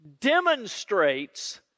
demonstrates